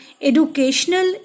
educational